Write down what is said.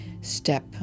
step